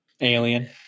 alien